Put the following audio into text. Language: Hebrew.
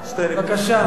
חכמים בהקשר הזה?